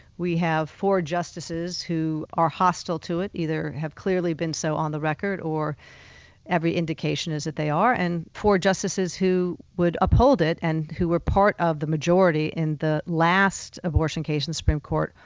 we have four justices who are hostile to it, either have clearly been so on the record or every indication is that they are, and four justices who would uphold it, and who were part of the majority in the last abortion case in the supreme court,